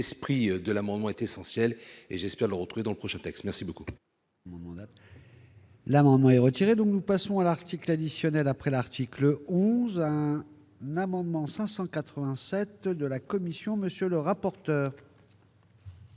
l'esprit de l'amendement est essentiel, et j'espère le retrouver dans le prochain texte. Je retire